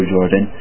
Jordan